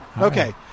Okay